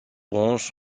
branches